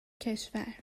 کشور